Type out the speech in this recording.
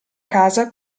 casa